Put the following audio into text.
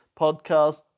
podcast